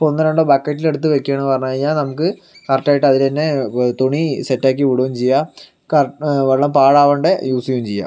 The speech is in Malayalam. ഇപ്പോൾ ഒന്നോ രണ്ടോ ബക്കറ്റിൽ എടുത്ത് വെക്കുക എന്ന് പറഞ്ഞു കഴിഞ്ഞാൽ നമുക്ക് കറക്റ്റ് ആയിട്ട് അതിൽ തന്നെ തുണി സെറ്റാക്കി വിടുകയും ചെയ്യാം ക വെള്ളം പാഴാകാണ്ട് യൂസ് ചെയ്യുകയും ചെയ്യാം